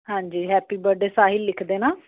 ਹਾਂਜੀ happy birthday Sahil ਲਿਖ ਦੇਣਾ